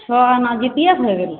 छओ आना जितियाके होइ गेलै